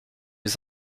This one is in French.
les